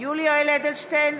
יולי יואל אדלשטיין,